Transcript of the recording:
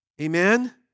Amen